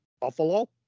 Buffalo